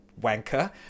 wanker